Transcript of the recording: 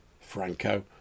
Franco